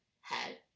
head